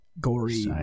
gory